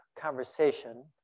conversation